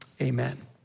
Amen